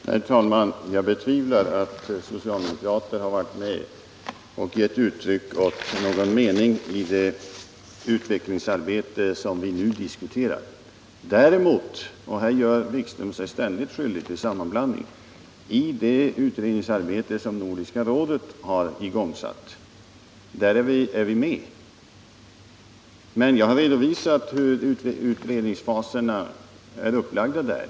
Herr talman! Jag betvivlar att socialdemokrater har varit med och givit uttryck åt någon mening i det utvecklingsarbete som vi nu diskuterar. Däremot är vi — och här gör sig Jan-Erik Wikström ständigt skyldig till sammanblandning — med i det utredningsarbete som Nordiska rådet har igångsatt. Men jag har redovisat hur utredningsfaserna är upplagda där.